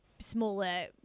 smaller